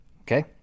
Okay